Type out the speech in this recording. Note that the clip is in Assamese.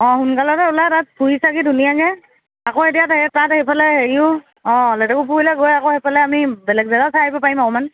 অ সোনকালতে ওলাই তাত ফুৰি চাকি ধুনীয়াকৈ আকৌ এতিয়া তাত এইফালে হেৰিও অ লেটেকু পুখুৰীলৈ গৈ আকৌ সেইফালে আমি বেলেগ জেগাও চাই আহিব পাৰিম অকণমান